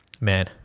Man